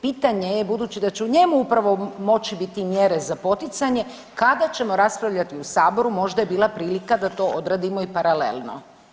Pitanje je, budući da će u njemu upravo moći biti mjere za poticanje, kada ćemo raspravljati u Saboru, možda je bila prilika da to odradimo i paralelno.